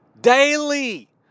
daily